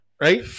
right